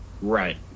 Right